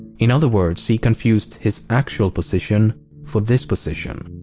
in other words, he confused his actual position for this position.